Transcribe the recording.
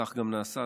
וכך גם נעשה.